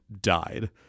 died